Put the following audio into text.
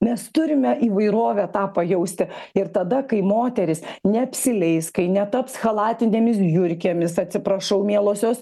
mes turime įvairovę tą pajausti ir tada kai moterys neapsileis kai netaps chalatinėmis žiurkėmis atsiprašau mielosios